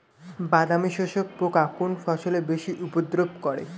বাদামি শোষক পোকা কোন ফসলে বেশি উপদ্রব করে?